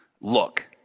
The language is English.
Look